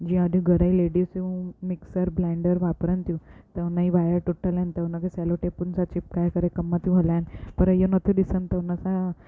जीअं अॼु घणेई लेडिसियूं मिक्सर ब्लाईंडर वापरनि थियूं त हुनजी वाएर टुटल आहिनि त हुनखे सेलोटेपुनि सां चिपकाए करे कमु थियूं हलाइनि पर इहो नथी ॾिसनि त हुन सां